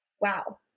Wow